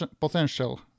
potential